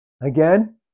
again